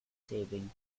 saving